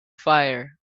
fire